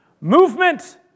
Movement